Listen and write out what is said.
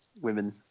women